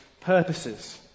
purposes